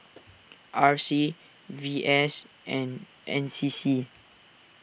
R C V S and N C C